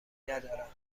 ندارند